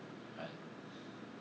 I